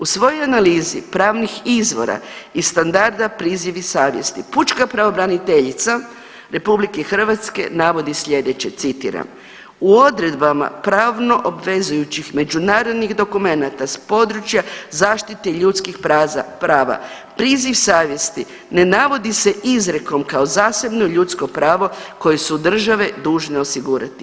U svojoj analizi pravnih izvora i standarda prizivi savjesti pučka pravobraniteljica RH navodi slijedeće citiram, u odredbama pravno obvezujućih međunarodnih dokumenata s područja zaštite ljudskih prava priziv savjesti ne navodi se izrijekom kao zasebno ljudsko pravo koje su države dužne osigurati.